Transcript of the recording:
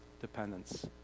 dependence